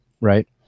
right